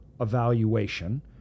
evaluation